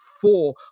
four